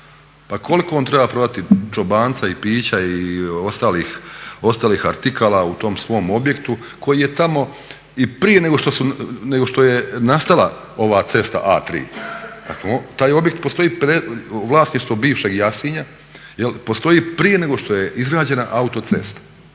koliko on treba prodati čobanca i pića i ostalih artikala u tom svom objektu koji je tamo i prije nego što je nastala ova cesta A3? Dakle taj objekt postoji, vlasništvo bivšeg Jasinja, postoji prije nego što je izgrađena autocesta.